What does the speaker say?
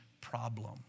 problem